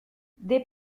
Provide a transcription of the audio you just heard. des